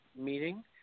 meeting